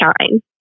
shine